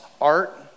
art